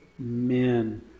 Amen